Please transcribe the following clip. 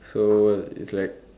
so is like